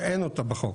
שאין אותה בחוק.